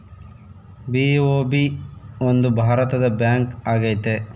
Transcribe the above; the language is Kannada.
ಬಿ.ಒ.ಬಿ ಒಂದು ಭಾರತದ ಬ್ಯಾಂಕ್ ಆಗೈತೆ